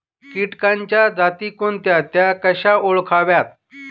किटकांच्या जाती कोणत्या? त्या कशा ओळखाव्यात?